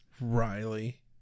Riley